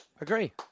Agree